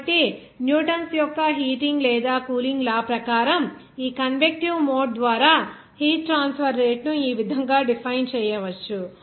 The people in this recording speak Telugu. కాబట్టి న్యూటన్స్ యొక్క హీటింగ్ లేదా కూలింగ్ లా ప్రకారం ఈ కన్వెక్టీవ్ మోడ్ ద్వారా హీట్ ట్రాన్స్ఫర్ రేటును ఈ విధంగా డిఫైన్ చేయవచ్చు